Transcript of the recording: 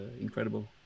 incredible